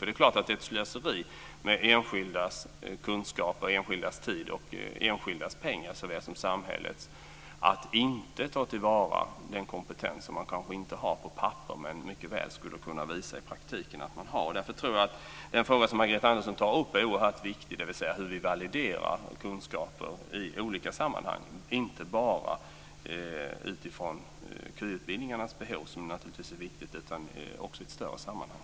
Det är klart att det är ett slöseri med enskildas såväl som samhällets kunskaper, tid och pengar att inte ta till vara den kompetens som man kanske inte har på papper men mycket väl skulle kunna visa i praktiken att man har. Därför tror jag att den fråga som Margareta Andersson tar upp är oerhört viktig. Den handlade om hur vi validerar kunskaper i olika sammanhang, och inte bara utifrån KY-utbildningarnas behov. Det är naturligtvis viktigt, men detta gäller också i ett större sammanhang.